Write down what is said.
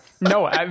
no